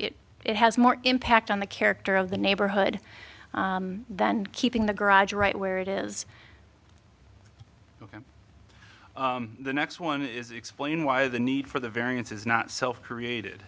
it it has more impact on the character of the neighborhood than keeping the garage right where it is ok the next one is explain why the need for the variance is not self created